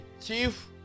chief